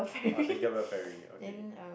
orh thank you ferry okay